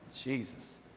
Jesus